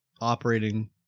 operating